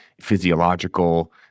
physiological